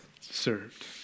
served